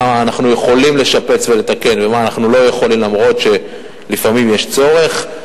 מה אנחנו יכולים לשפץ ולתקן ומה אנחנו לא יכולים למרות שלפעמים יש צורך.